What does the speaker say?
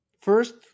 First